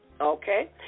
okay